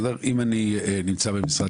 אם אני נמצא במשרד,